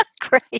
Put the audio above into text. Great